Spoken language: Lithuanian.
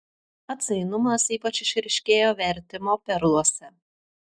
atsainumas ypač išryškėjo vertimo perluose